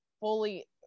fully